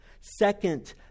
Second